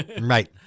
Right